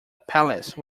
palace